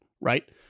right